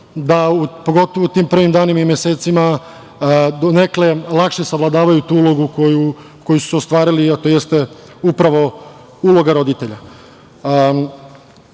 da, pogotovo u tim prvim danima i mesecima, donekle lakše savladavaju tu ulogu koju su ostvarili, a to jeste upravo uloga roditelja. Slušao